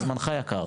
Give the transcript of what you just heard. זמנך יקר.